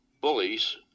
bullies